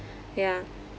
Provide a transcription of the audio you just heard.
yeah